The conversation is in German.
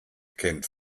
kennt